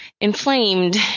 inflamed